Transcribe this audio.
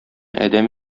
адәм